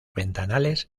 ventanales